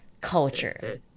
culture